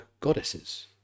goddesses